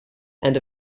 and